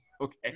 Okay